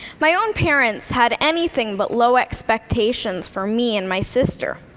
my own parents had anything but low expectations for me and my sister.